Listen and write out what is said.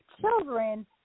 children